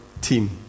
team